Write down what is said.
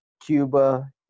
Cuba